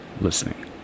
listening